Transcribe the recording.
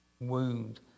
wound